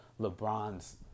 LeBron's